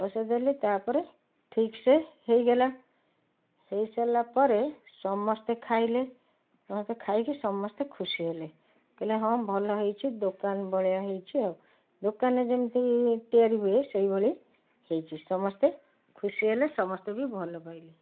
ବସେଇଦେଲି ତା'ପରେ ଠିକସେ ହେଇଗଲା ହେଇସାରିଲାପରେ ସମସ୍ତେ ଖାଇଲେ ସମସ୍ତେ ଖାଇକି ସମସ୍ତେ ଖୁସିହେଲେ କହିଲେ ହଁ ଭଲ ହେଇଛି ଦୋକାନ ଭଳିଆ ହେଇଛି ଆଉ ଦୋକାନରେ ଯେମିତି ତିଆରି ହୁଏ ସେଇଭଳି ହେଇଛି ସମସ୍ତେ ଖୁସିହେଲେ ସମସ୍ତେ ବି ଭଲ ପାଇଲେ